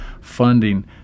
funding